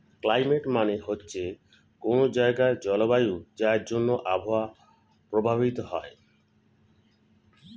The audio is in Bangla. ক্লাইমেট মানে হচ্ছে কোনো জায়গার জলবায়ু যার জন্যে আবহাওয়া প্রভাবিত হয়